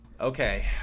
Okay